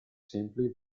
simply